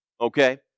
Okay